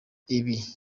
ibi